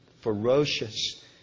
ferocious